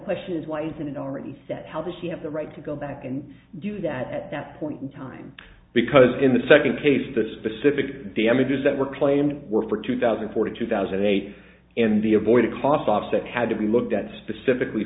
question is why isn't it already set how does she have the right to go back and do that at that point in time because in the second case the specific damages that were claimed were for two thousand for two thousand and eight and the avoided cost object had to be looked at specifically